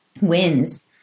wins